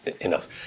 Enough